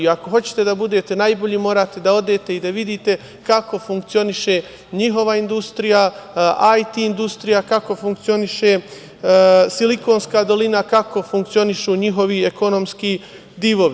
Ako hoćete da budete najbolji morate da odete i da vidite kako funkcioniše njihova industrija, IT industrija, kako funkcioniše „Silikonska dolina“, kako funkcionišu njihovi ekonomski divovi.